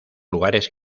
lugares